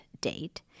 date